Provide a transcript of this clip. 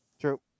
True